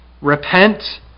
Repent